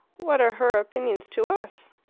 what are her opinions to us?